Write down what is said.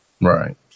Right